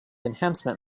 enhancement